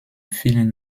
vielen